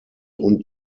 und